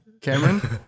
Cameron